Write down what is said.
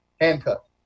handcuffed